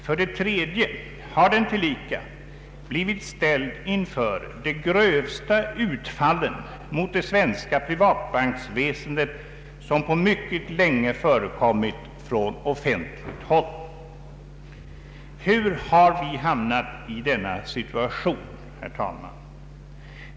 För det tredje har den tillika blivit ställd inför de grövsta utfall mot det svenska privatbanksväsendet som på mycket länge förekommit från offentligt håll. Hur har vi hamnat i denna situation, herr talman?